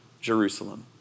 Jerusalem